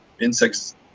insects